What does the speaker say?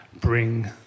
bring